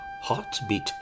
heartbeat